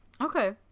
Okay